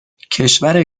کشور